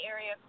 Area